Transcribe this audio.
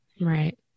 Right